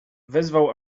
wezwał